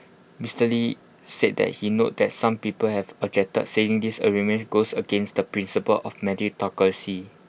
Mister lee said that he noted that some people have objected saying this arrangement goes against the principle of meritocracy